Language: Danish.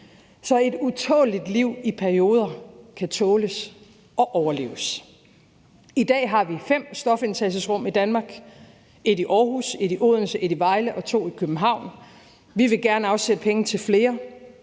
så et utåleligt liv i perioder kan tåles og overleves. I dag har vi fem stofindtagelsesrum i Danmark: et i Aarhus, et i Odense, et i Vejle og to i København. Vi vil gerne afsætte penge til flere,